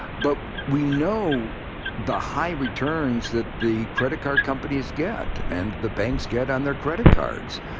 but we know the high returns that the credit card companies get, and the banks get, on their credit cards.